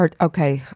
Okay